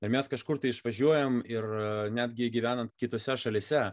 ir mes kažkur tai išvažiuojam ir netgi gyvenant kitose šalyse